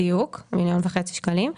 בדיוק, מיליון וחצי שקלים,